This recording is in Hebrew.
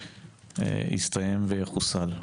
יסתיים ויחוסל.